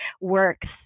works